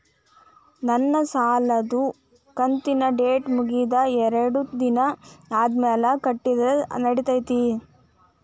ನನ್ನ ಸಾಲದು ಕಂತಿನ ಡೇಟ್ ಮುಗಿದ ಎರಡು ದಿನ ಆದ್ಮೇಲೆ ಕಟ್ಟಿದರ ನಡಿತೈತಿ?